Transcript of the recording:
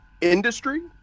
industry